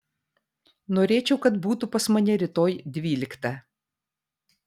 norėčiau kad būtų pas mane rytoj dvyliktą